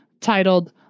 titled